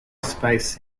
space